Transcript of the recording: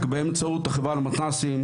באמצעות החברה למתנ"סים,